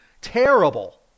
terrible